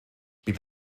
bydd